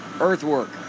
Earthwork